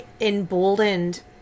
emboldened